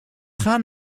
gaan